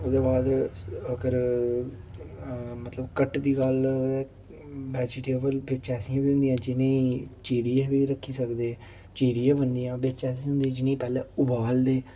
ओह्दे बाद अगर मतलब कट दी गल्ल वेजिटेबल बिच ऐसियां बी होंदियां जि'नें ई चीरियै बी रखी सकदे चीरियै बनदियां बिच ऐसे होंदे जि'नें ई पैह्लें उवालदे